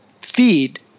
feed